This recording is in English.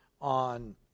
on –